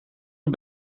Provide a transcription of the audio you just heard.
het